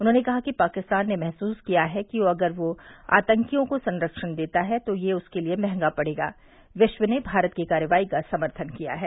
उन्होंने कहा कि पाकिस्तान ने महसूस किया है कि अगर वह आतंकियों को संरक्षण देता है तो यह उसके लिए महंगा पड़ेगा तथा विश्व ने भारत की कार्रवाई का समर्थन किया है